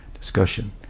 discussion